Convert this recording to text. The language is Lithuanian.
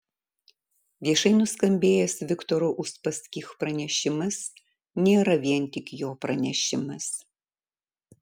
viešai nuskambėjęs viktoro uspaskich pranešimas nėra vien tik jo pranešimas